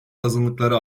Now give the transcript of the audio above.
azınlıklara